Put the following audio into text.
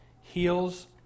heals